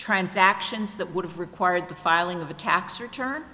transactions that would have required the filing of a tax return